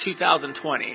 2020